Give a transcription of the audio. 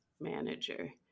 manager